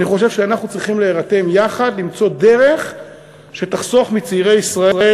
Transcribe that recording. אני חושב שאנחנו צריכים להירתם יחד למצוא דרך שתחסוך מצעירי ישראל